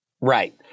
Right